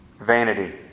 vanity